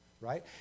Right